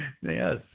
Yes